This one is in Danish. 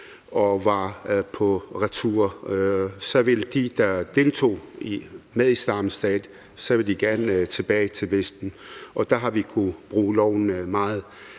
og var på retur, ville de, der deltog hos Islamisk Stat, gerne tilbage til Vesten, og der har vi kunnet bruge loven meget